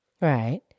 Right